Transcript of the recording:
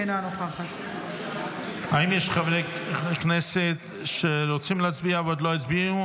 אינה נוכחת האם יש חברי כנסת שרוצים להצביע ועוד לא הצביעו?